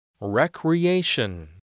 Recreation